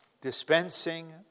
Dispensing